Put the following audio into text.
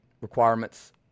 requirements